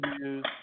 use